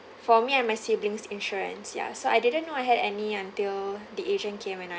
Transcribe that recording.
for me and my siblings' insurance ya so I didn't know I had any until the agent came and I